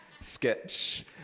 Sketch